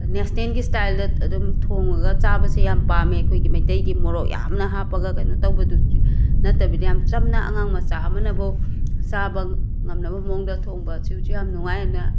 ꯅꯦꯁꯅꯦꯟꯒꯤ ꯁ꯭ꯇꯥꯏꯜꯗ ꯑꯗꯨꯝ ꯊꯣꯡꯉꯒ ꯆꯥꯕꯁꯦ ꯌꯥꯝꯅ ꯄꯥꯝꯃꯦ ꯑꯩꯈꯣꯏꯒꯤ ꯃꯩꯇꯩꯒꯤ ꯃꯣꯔꯣꯛ ꯌꯥꯝꯅ ꯍꯥꯞꯄꯒ ꯀꯩꯅꯣ ꯇꯧꯕꯗꯨꯁꯨ ꯅꯠꯇꯕꯤꯗ ꯌꯥꯝꯅ ꯆꯝꯅ ꯑꯉꯥꯡ ꯃꯆꯥ ꯑꯃꯅꯐꯥꯎ ꯆꯥꯕ ꯉꯝꯅꯕ ꯃꯑꯣꯡꯗ ꯊꯣꯡꯕꯁꯨ ꯌꯥꯝꯅ ꯅꯨꯡꯉꯥꯏ ꯑꯅ